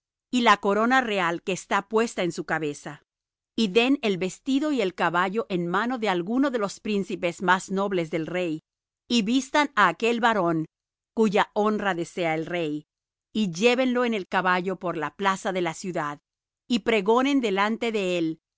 y la corona real que está puesta en su cabeza y den el vestido y el caballo en mano de alguno de los príncipes más nobles del rey y vistan á aquel varón cuya honra desea el rey y llévenlo en el caballo por la plaza de la ciudad y pregonen delante de él